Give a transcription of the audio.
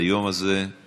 ליום הזה הוא